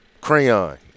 crayon